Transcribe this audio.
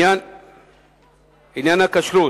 עניין הכשרות,